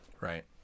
Right